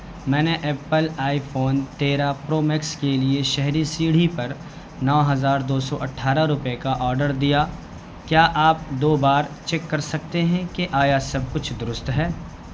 میں نے Apple iPhone تیرہ پرو میکس کے لیے شہری سیڑھی پر نو ہزار دو سو اٹھارہ روپئے کا آرڈر دیا کیا آپ دو بار چیک کر سکتے ہیں کہ آیا سب کچھ درست ہے